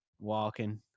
walking